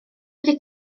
wedi